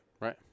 Right